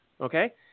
okay